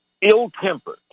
ill-tempered